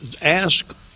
ask